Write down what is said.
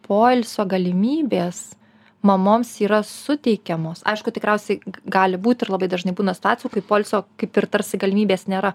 poilsio galimybės mamoms yra suteikiamos aišku tikriausiai gali būt ir labai dažnai būna situacijų kai poilsio kaip ir tarsi galimybės nėra